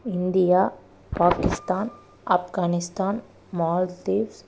India Pakistan Afghanistan Maldives